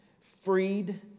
freed